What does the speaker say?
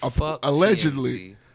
allegedly